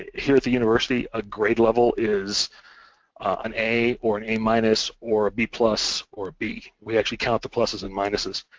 here at the university, a grade level is an a or an a-minus or a b-plus or a b. we actually count the pluses and minuses,